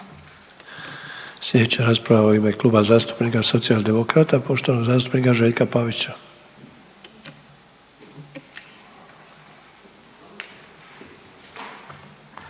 Sljedeća rasprava u ime Kluba zastupnika Socijaldemokrata, poštovanog zastupnika Željka Pavića.